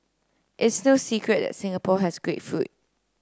it's no secret that Singapore has great food